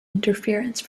interference